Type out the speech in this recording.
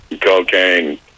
cocaine